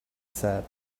said